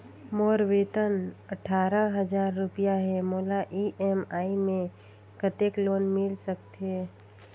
मोर वेतन अट्ठारह हजार रुपिया हे मोला ई.एम.आई मे कतेक लोन मिल सकथे?